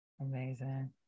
Amazing